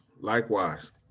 likewise